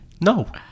No